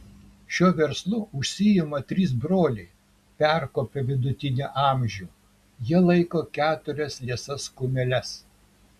šiuo verslu užsiima trys broliai perkopę vidutinį amžių jie laiko keturias liesas kumeles